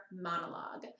monologue